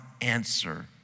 answer